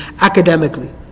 academically